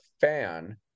fan